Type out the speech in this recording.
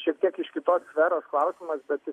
šiek tiek kitos sferos klausimas bet